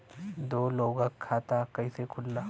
दो लोगक खाता कइसे खुल्ला?